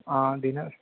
आं दिनानि